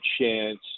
chance